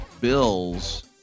Bills